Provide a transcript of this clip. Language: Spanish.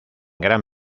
gran